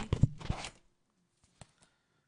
בוודאי לנושא של אי שוויון בסיקור,